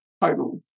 title